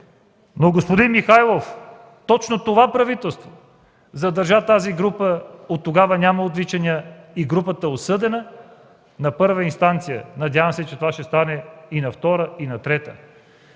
но, господин Михайлов, точно нашето правителство задържа тази група. Оттогава няма отвличания. Групата е осъдена на първа инстанция. Надявам се, че това ще стане и на втора, и на трета.